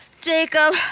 Jacob